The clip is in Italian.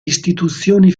istituzioni